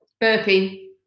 burpee